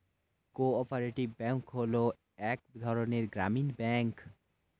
co operative bank হলো এক ধরনের গ্রামীণ ব্যাঙ্ক